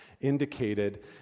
indicated